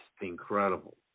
incredible